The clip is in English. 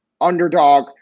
underdog